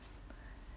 um